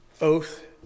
oath